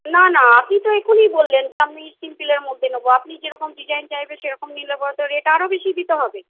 না না আপনি তো এখুনি বললেন যে আমি সিম্পলের মধ্যে নেব আপনি যেরকম ডিজাইন চাইবেন সেরকম নিলে পরে তো রেট আরও বেশি দিতে হবে